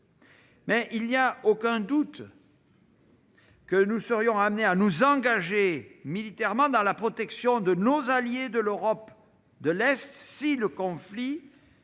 Mais il n'y a aucun doute sur le fait que nous serions amenés à nous engager militairement pour la protection de nos alliés de l'Europe de l'Est si le conflit